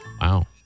Wow